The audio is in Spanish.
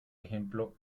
ejemplo